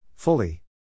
Fully